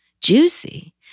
juicy